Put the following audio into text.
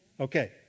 Okay